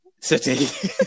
city